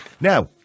Now